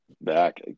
back